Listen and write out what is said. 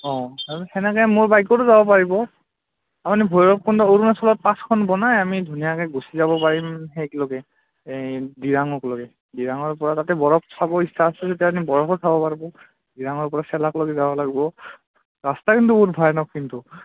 অঁ সেনেকৈ মোৰ বাইকতো যাব পাৰিব আপুনি ভৈৰৱকুণ্ড অৰুণাচলত পাছখন বনাই আমি ধুনীয়াকৈ গুচি যাব পাৰিম সেইকলগে এই দিৰাঙকলৈকে দিৰাঙৰপৰা তাতে বৰফ চাব ইচ্ছা আছে তেতিয়া আপুনি বৰফো চাব পাৰিব দিৰাঙৰপৰা চেলাকলৈকে যাব লাগব ৰাস্তা কিন্তু বহুত ভায়ানক কিন্তু